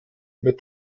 mit